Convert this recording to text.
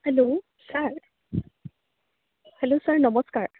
hello sir hello sir নমস্কাৰ